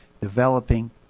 developing